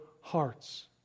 hearts